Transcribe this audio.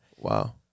Wow